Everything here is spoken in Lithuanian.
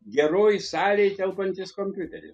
geroj salėj telpantys kompiuteriai